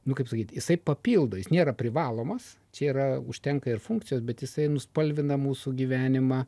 nu kaip sakyt jisai papildo jis nėra privalomas čia yra užtenka ir funkcijos bet jisai nuspalvina mūsų gyvenimą